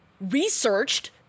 researched